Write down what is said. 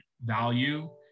value